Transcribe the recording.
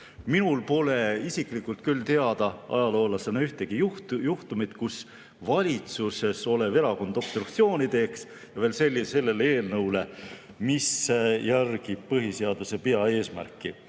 Minul pole isiklikult küll ajaloolasena teada ühtegi juhtumit, kus valitsuses olev erakond obstruktsiooni teeks, ja veel eelnõule, mis järgib põhiseaduse peaeesmärki.